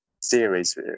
series